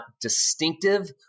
distinctive